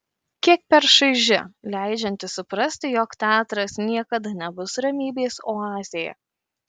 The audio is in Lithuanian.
kiek per šaiži leidžianti suprasti jog teatras niekada nebus ramybės oazė